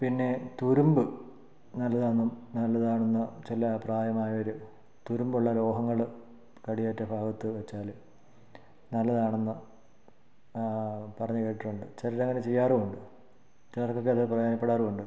പിന്നെ തുരുമ്പ് നല്ലതാണെന്നും നല്ലതാണെന്ന ചില പ്രായമായവർ തുരുമ്പുള്ള ലോഹങ്ങൾ കടിയേറ്റ ഭാഗത്ത് വച്ചാൽ നല്ലതാണെന്ന പറഞ്ഞു കേട്ടിട്ടുണ്ട് ചിലർ അങ്ങനെ ചെയ്യാറുമുണ്ട് ചിലർകൊക്കെ അത് പ്രയോജനപ്പെടാറുമുണ്ട്